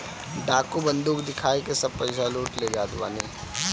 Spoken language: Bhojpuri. डाकू बंदूक दिखाई के सब पईसा लूट ले जात बाने